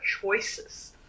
choices